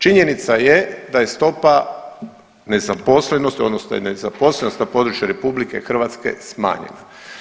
Činjenica je da je stopa nezaposlenosti, odnosno nezaposlenost na području RH smanjena.